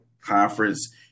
conference